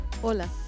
Hola